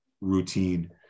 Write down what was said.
routine